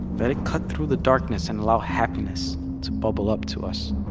let it cut through the darkness and allow happiness to bubble up to us